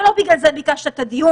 אבל לא בגלל זה ביקשת את הדיון.